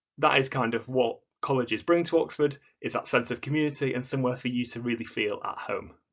that is kind of what colleges bring to oxford is that sense of community and somewhere for you to really feel at home.